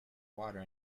water